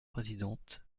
présidente